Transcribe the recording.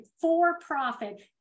for-profit